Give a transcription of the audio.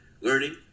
learning